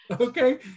Okay